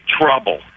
trouble